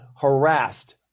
harassed